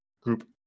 group